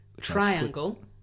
triangle